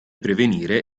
prevenire